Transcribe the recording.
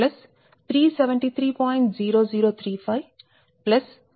0035218